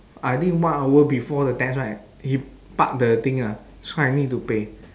I think one hour before the test right he park the thing ah so I need to pay